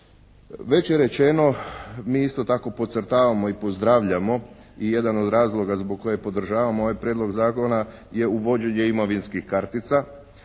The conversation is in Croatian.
Već je rečeno, mi isto tako potcrtavamo i pozdravljamo i jedan od razloga zbog kojeg podržavamo ovaj Prijedlog zakona je uvođenje imovinskih kartica